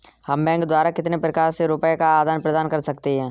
हम बैंक द्वारा कितने प्रकार से रुपये का आदान प्रदान कर सकते हैं?